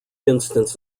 instance